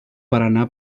paraná